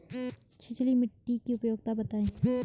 छिछली मिट्टी की उपयोगिता बतायें?